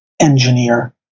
engineer